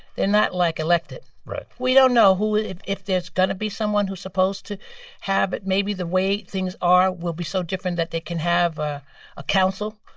they're not, like, elected right we don't know who if if there's going to be someone who's supposed to have it, maybe the way things are will be so different that they can have a ah council,